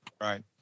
right